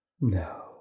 No